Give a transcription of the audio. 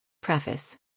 Preface